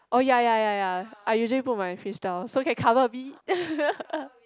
oh ya ya ya ya I usually put my fringe down so can cover a bit